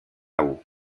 haut